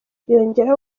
yongeraho